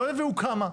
לא יביאו כמה.